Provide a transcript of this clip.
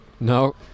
No